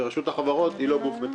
ורשות החברות היא לא גוף מתקצב.